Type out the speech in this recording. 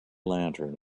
lantern